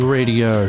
Radio